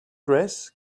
dress